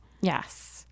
Yes